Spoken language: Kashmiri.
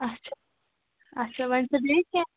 اچھ اچھا وۄنۍ چھا بیٚیہِ کینہہ